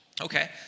Okay